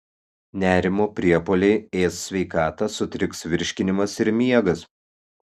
nerimo priepuoliai ės sveikatą sutriks virškinimas ir miegas